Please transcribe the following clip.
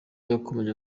yakomeje